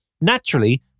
naturally